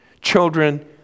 Children